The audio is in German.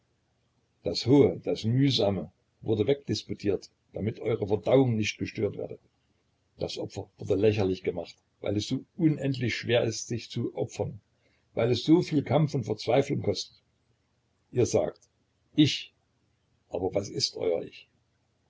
das hohe das mühsame wurde wegdisputiert damit eure verdauung nicht gestört werde das opfer wurde lächerlich gemacht weil es so unendlich schwer ist sich zu opfern weil es so viel kampf und verzweiflung kostet ihr sagt ich aber was ist euer